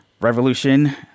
revolution